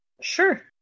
sure